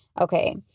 okay